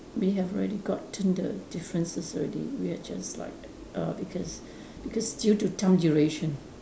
we have already gotten the differences already we are just like uh because because due to time duration